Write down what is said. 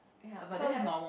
ya so have